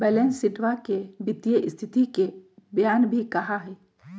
balance शीटवा के वित्तीय स्तिथि के बयान भी कहा हई